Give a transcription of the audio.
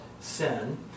sin